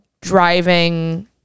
driving